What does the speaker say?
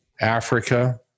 Africa